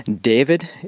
David